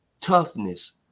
toughness